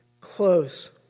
close